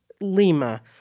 Lima